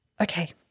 okay